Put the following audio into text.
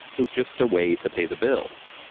was just a way to pay the bills.